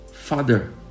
Father